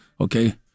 okay